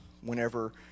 whenever